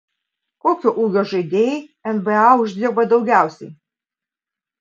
kokio ūgio žaidėjai nba uždirba daugiausiai